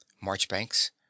Marchbanks